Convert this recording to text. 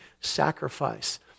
sacrifice